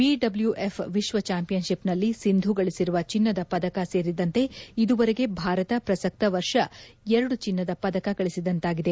BW F ವಿಶ್ವ ಚಾಂಪಿಯನ್ಷಿಪ್ನಲ್ಲಿ ಸಿಂಧು ಗಳಿಸಿರುವ ಚಿನ್ನದ ಪದಕ ಸೇರಿದಂತೆ ಇದುವರೆಗೆ ಭಾರತ ಪ್ರಸಕ್ತ ವರ್ಷ ಎರಡು ಚಿನ್ನದ ಪದಕ ಗಳಿಸಿದಂತಾಗಿದೆ